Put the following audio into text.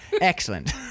Excellent